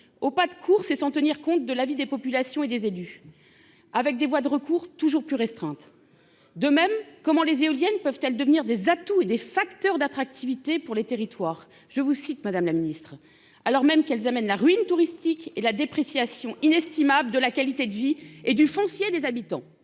au pas de course et sans tenir compte de l'avis des populations et des élus avec des voies de recours toujours plus restreinte de même comment les éoliennes peuvent-elles devenir des atouts et des facteurs d'attractivité pour les territoires, je vous cite, Madame la Ministre, alors même qu'elles amènent la ruine touristique et la dépréciation inestimable de la qualité de vie et du foncier des habitants.